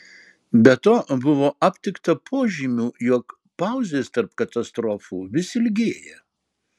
be to buvo aptikta požymių jog pauzės tarp katastrofų vis ilgėja